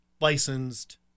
licensed